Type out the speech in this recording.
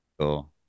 cool